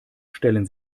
stellen